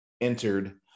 entered